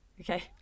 Okay